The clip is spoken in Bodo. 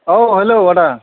औ हेलौ आदा